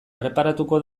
erreparatuko